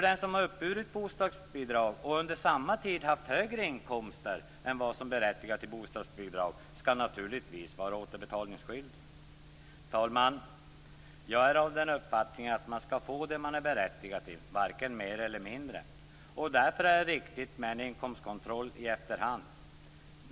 Den som har uppburit bostadsbidrag och under samma tid haft högre inkomster än vad som berättigar till bostadsbidrag skall naturligtvis vara återbetalningsskyldig. Herr talman! Jag är av den uppfattningen att man skall få det man är berättigad till, varken mer eller mindre, och därför är det riktigt med en inkomstkontroll i efterhand.